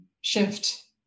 shift